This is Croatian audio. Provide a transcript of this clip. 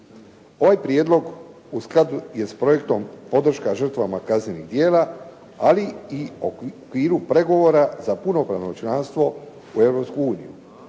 Ovaj prijedlog u skladu je s projektom podrška žrtvama kaznenih djela, ali i u okviru pregovora za punopravno članstvo u